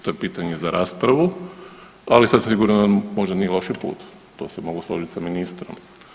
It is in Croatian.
To je pitanje za raspravu, ali sasvim sigurno možda nije loši put to se mogu složiti sa ministrom.